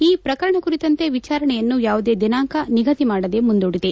ಈ ಪ್ರಕರಣ ಕುರಿತಂತೆ ವಿಚಾರಣೆಯನ್ನು ಯಾವುದೇ ದಿನಾಂಕ ನಿಗಧಿ ಮಾಡದೇ ಮುಂದೂಡಿದೆ